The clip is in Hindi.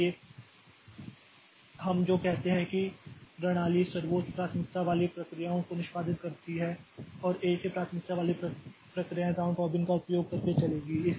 इसलिए हम जो कहते हैं कि प्रणाली सर्वोच्च प्राथमिकता वाली प्रक्रियाओं को निष्पादित करती है और एक ही प्राथमिकता वाली प्रक्रियाएं राउंड रॉबिन का उपयोग करके चलेगी